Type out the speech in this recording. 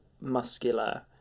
muscular